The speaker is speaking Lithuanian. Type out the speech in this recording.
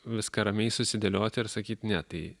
viską ramiai susidėlioti ir sakyti ne tai